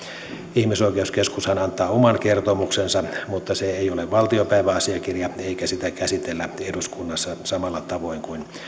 ihmisoikeuskeskushan antaa oman kertomuksensa mutta se ei ole valtiopäiväasiakirja eikä sitä käsitellä eduskunnassa samalla tavoin kuin